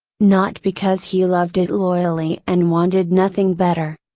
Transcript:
not because he loved it loyally and wanted nothing better.